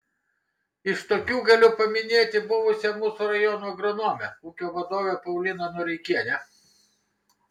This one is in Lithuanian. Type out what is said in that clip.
iš tokių galiu paminėti buvusią mūsų rajono agronomę ūkio vadovę pauliną noreikienę